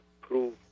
prove